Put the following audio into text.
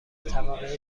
طبقه